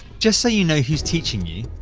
just so you know who's teaching you,